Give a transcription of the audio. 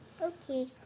Okay